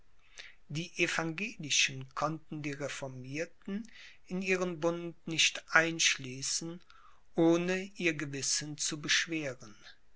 die evangelischen konnten die reformierten in ihren bund nicht einschließen ohne ihr gewissen zu beschweren